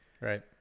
Right